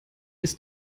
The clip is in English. ist